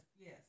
Yes